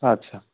ادٕ سا